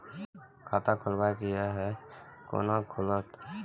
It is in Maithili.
खाता खोलवाक यै है कोना खुलत?